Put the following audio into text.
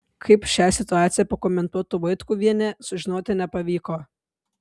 kaip šią situaciją pakomentuotų vaitkuvienė sužinoti nepavyko